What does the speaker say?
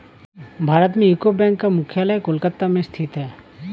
भारत में UCO bank का मुख्यालय कोलकाता में स्थित है